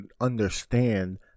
understand